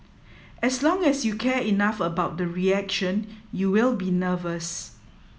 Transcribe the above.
as long as you care enough about the reaction you will be nervous